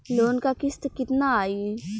Loan क किस्त कितना आई?